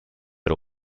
era